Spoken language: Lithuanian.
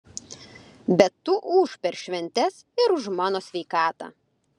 bet tu ūžk per šventes ir už mano sveikatą